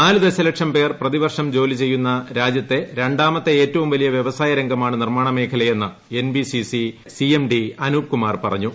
നാല് ദശലക്ഷം പേർ പ്രതിവർഷം ജോലി ചെയ്യുന്ന രാജ്യത്തെ ര ാമത്തെ ഏറ്റവും വലിയ വ്യവസായ രംഗമാണ് നിർമ്മാണ മേഖലയെന്ന് എൻ ബി സി സി യുടെ C M D Anoop Kumar പറഞ്ഞു